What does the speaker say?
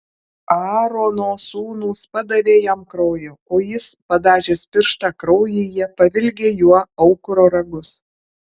aarono sūnūs padavė jam kraujo o jis padažęs pirštą kraujyje pavilgė juo aukuro ragus